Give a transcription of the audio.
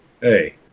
hey